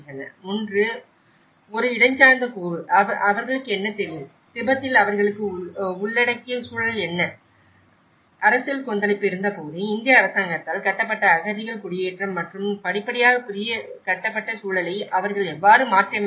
ஒன்று ஒரு இடஞ்சார்ந்த கூறு அவர்களுக்கு என்ன தெரியும் திபெத்தில் அவர்களுக்கு உள்ளடக்கிய சூழல் என்ன அரசியல் கொந்தளிப்பு இருந்தபோது இந்திய அரசாங்கத்தால் கட்டப்பட்ட அகதிகள் குடியேற்றம் மற்றும் படிப்படியாக புதிய கட்டப்பட்ட சூழலை அவர்கள் எவ்வாறு மாற்றியமைக்கிறார்கள்